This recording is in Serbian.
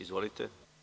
Izvolite.